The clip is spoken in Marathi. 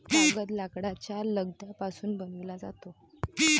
कागद लाकडाच्या लगद्यापासून बनविला जातो